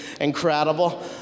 incredible